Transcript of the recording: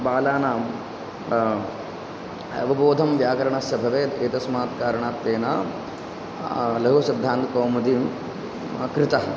बालानां अवबोधनं व्याकरणस्य भवेत् एतस्मात् कारणात् तेन लघुसिद्धान्तकौमुदीं कृतम्